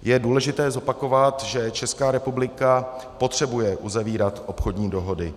Je důležité zopakovat, že Česká republika potřebuje uzavírat obchodní dohody.